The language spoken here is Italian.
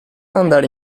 andare